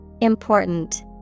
Important